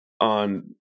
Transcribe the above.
on